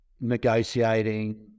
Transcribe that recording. negotiating